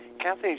Kathy